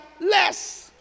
less